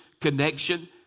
connection